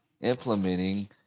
implementing